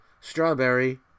strawberry